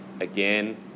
again